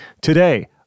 Today